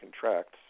contracts